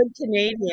canadian